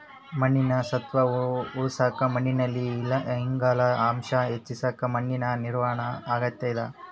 ಮಣ್ಣಿನ ಸತ್ವ ಉಳಸಾಕ ಮಣ್ಣಿನಲ್ಲಿ ಇಂಗಾಲದ ಅಂಶ ಹೆಚ್ಚಿಸಕ ಮಣ್ಣಿನ ನಿರ್ವಹಣಾ ಅಗತ್ಯ ಇದ